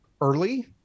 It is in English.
early